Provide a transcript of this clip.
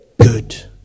good